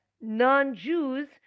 non-Jews